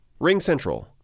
RingCentral